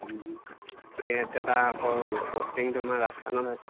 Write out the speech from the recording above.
সি এতিয়া তাৰ আকৌ পষ্টিং তোমাৰ ৰাজস্থানত হৈছে